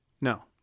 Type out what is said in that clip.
No